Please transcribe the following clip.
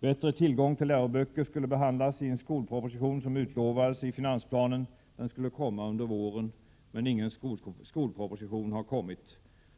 Bättre tillgång till läroböcker skulle behandlas i en skolproposition som utlovades i finansplanen. Den skulle komma under våren, men ingen skolproposition har kommit.